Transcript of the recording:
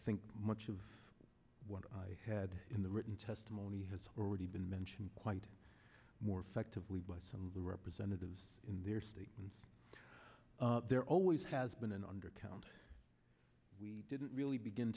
think much of what i had in the written testimony has already been mentioned quite more effectively by some of the representatives in their statements there always has been an undercount we didn't really begin